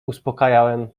uspokajałem